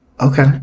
Okay